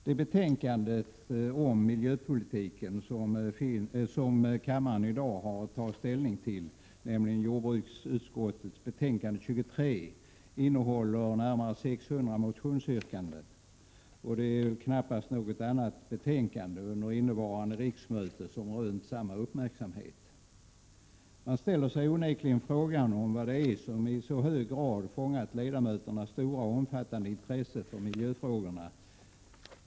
Det betänkande om miljöpolitiken som kammaren i dag har att ta ställning till, jordbruksutskottets betänkande 23, innehåller närmare 600 motionsyrkanden. Det är väl knappast något annat betänkande under innevarande riksmöte som rönt samma uppmärksamhet. Man ställer sig onekligen frågan vad som i så hög grad fångat ledamöternas stora och omfattande intresse för miljöfrågorna.